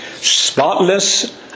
spotless